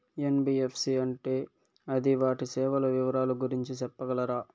NBFC అంటే అది వాటి సేవలు వివరాలు గురించి సెప్పగలరా?